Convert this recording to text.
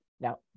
Now